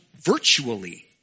virtually